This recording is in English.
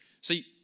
See